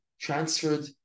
transferred